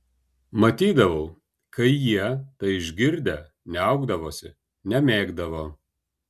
matydavau kai jie tai išgirdę niaukdavosi nemėgdavo